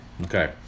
Okay